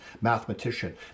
mathematician